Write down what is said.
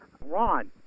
Ron